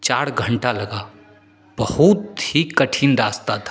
चार घन्टा लगा बहुत ही कठिन रास्ता था